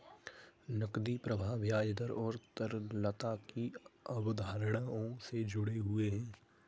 नकदी प्रवाह ब्याज दर और तरलता की अवधारणाओं से जुड़े हुए हैं